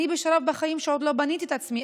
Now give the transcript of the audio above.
אני בשלב בחיים שעוד לא בניתי את עצמי,